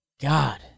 God